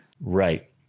right